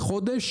בחודש,